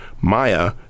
Maya